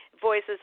voices